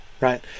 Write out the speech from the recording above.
right